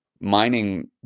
mining